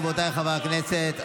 רבותיי חברי הכנסת,